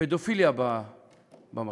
הפדופיליה במחשב.